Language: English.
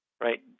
right